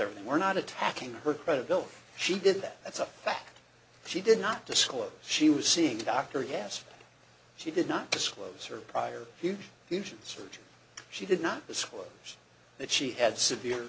everything we're not attacking her credibility she did that that's a that she did not disclose she was seeing a doctor yes she did not disclose her prior huge huge search she did not disclose that she had severe